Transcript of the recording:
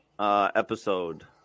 episode